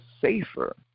safer